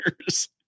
years